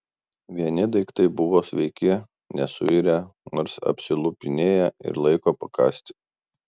vieni daiktai buvo sveiki nesuirę nors apsilupinėję ir laiko pakąsti